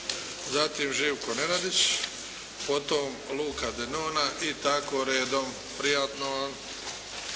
zatim Živko Nenadić, potom Luka Denona i tako redom. Prijatno vam.